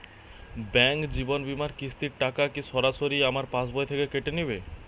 Bank জীবন বিমার কিস্তির টাকা কি সরাসরি আমার পাশ বই থেকে কেটে নিবে?